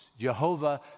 Jehovah